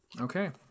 Okay